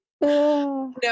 no